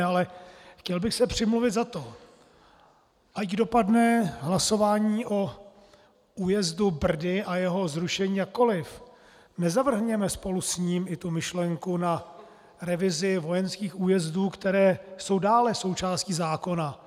Ale chtěl bych se přimluvit za to, ať dopadne hlasování o újezdu Brdy a jeho zrušení jakkoliv, nezavrhněme spolu s ním i myšlenku na revizi vojenských újezdů, které jsou dále součástí zákona.